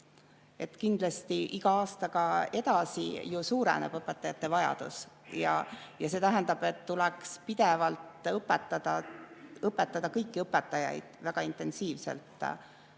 Kindlasti iga aastaga edasi ju suureneb õpetajate vajadus ja see tähendab, et tuleks pidevalt õpetada kõiki õpetajaid väga intensiivselt